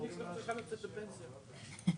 את זה ממשרד החקלאות.